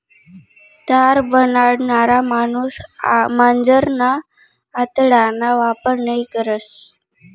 तार बनाडणारा माणूस मांजरना आतडाना वापर नयी करस